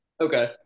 Okay